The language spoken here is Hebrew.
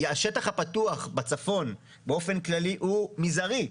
השטח הפתוח בצפון באופן כללי הוא מזערי.